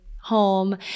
home